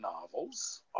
novels